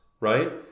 right